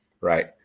Right